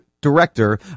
director